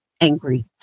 angry